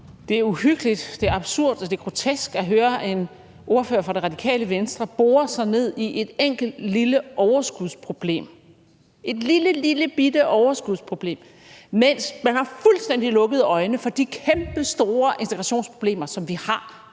Det er uhyggeligt, det er absurd, og det er grotesk at høre en ordfører fra Det Radikale Venstre bore sig ned i et enkelt lille overskudsproblem, et lillebittebitte overskudsproblem, mens man fuldstændig har lukket øjnene for de kæmpestore integrationsproblemer, som vi har